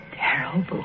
terrible